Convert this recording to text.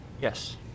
yes